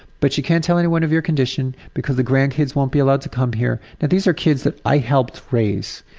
but you can't tell anyone of your condition, because the grandkids won't be allowed to come here. and these are kids that i helped raise.